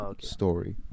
story